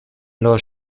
los